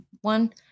one